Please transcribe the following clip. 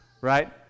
right